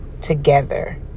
together